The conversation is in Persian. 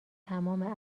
تمام